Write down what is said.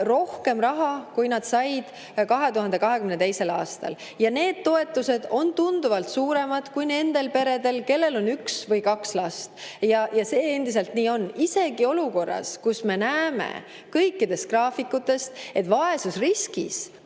rohkem raha, kui nad said 2022. aastal. Need toetused on tunduvalt suuremad kui nendel peredel, kellel on üks või kaks last. See endiselt nii on. Isegi olukorras, kus me näeme kõikidest graafikutest, et vaesusriskis